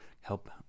help